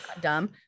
dumb